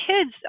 kids